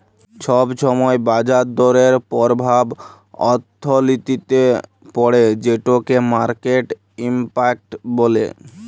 ছব ছময় বাজার দরের পরভাব অথ্থলিতিতে পড়ে যেটকে মার্কেট ইম্প্যাক্ট ব্যলে